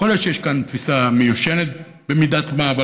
יכול להיות שיש כאן תפיסה מיושנת במידת מה,